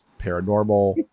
paranormal